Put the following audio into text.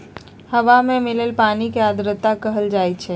हवा में मिलल पानी के आर्द्रता कहल जाई छई